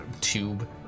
tube